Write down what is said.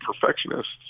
perfectionists